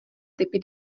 typy